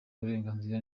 uburenganzira